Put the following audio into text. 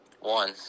One